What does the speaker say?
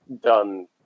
done